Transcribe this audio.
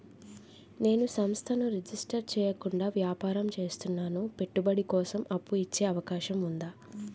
నేను సంస్థను రిజిస్టర్ చేయకుండా వ్యాపారం చేస్తున్నాను పెట్టుబడి కోసం అప్పు ఇచ్చే అవకాశం ఉందా?